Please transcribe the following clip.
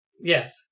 Yes